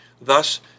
Thus